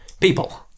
people